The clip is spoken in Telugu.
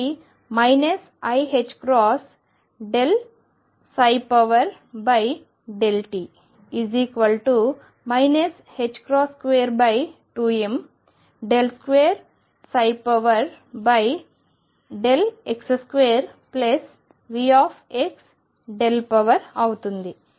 ఇది iℏ∂t 22m2x2Vx అవుతుంది